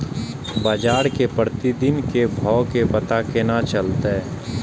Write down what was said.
बजार के प्रतिदिन के भाव के पता केना चलते?